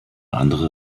andere